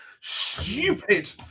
Stupid